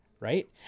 Right